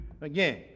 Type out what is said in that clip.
again